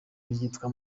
yitwa